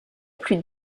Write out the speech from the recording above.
plus